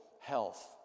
Health